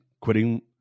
quitting